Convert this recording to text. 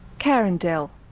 karen dell.